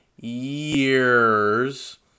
years